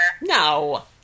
No